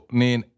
niin